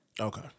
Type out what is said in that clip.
Okay